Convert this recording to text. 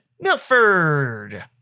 Milford